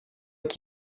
qui